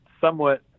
somewhat